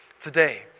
today